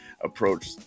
approach